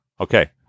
okay